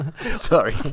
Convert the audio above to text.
sorry